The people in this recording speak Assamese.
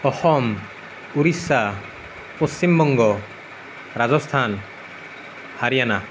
অসম উৰিষ্যা পশ্চিম বংগ ৰাজস্থান হাৰিয়ানা